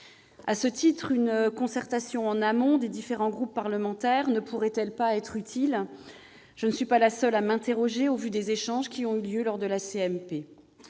À ce titre, une concertation en amont des différents groupes parlementaires ne pourrait-elle pas être utile ? Je ne suis pas la seule à m'interroger, au vu des échanges qui ont eu lieu lors de la CMP.